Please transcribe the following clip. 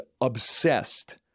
obsessed